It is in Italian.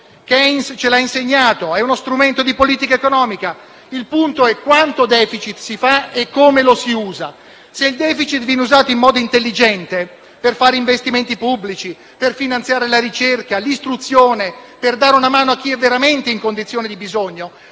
Keynes ci ha insegnato che è uno strumento di politica economica. Il punto è quanto *deficit* si fa e come lo si usa. Se il *deficit* viene usato in modo intelligente, per fare investimenti pubblici, per finanziare la ricerca, l'istruzione, per dare una mano a chi è veramente in condizioni di bisogno,